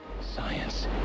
Science